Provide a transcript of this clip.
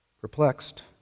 Perplexed